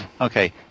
Okay